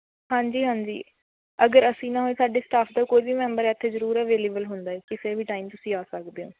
ਹਾਂਜੀ ਹਾਂਜੀ ਅਗਰ ਅਸੀਂ ਨਾ ਹੋਏ ਸਾਡੇ ਸਟਾਫ ਦਾ ਕੋਈ ਵੀ ਮੈਂਬਰ ਇੱਥੇ ਜ਼ਰੂਰ ਅਵੇਲੇਵਲ ਹੁੰਦਾ ਹੈ ਕਿਸੇ ਵੀ ਟਾਈਮ ਤੁਸੀਂ ਆ ਸਕਦੇ ਹੋ